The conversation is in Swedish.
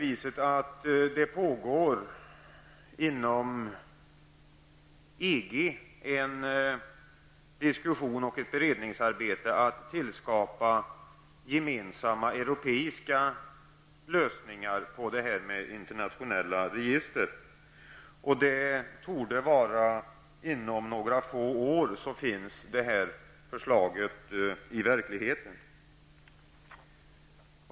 Inom EG pågår det ett beredningsarbete för att tillskapa gemensamma europeiska lösningar beträffande internationella register. Inom några få år torde förslaget vara klart.